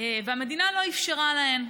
והמדינה לא אפשרה להן.